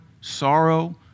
sorrow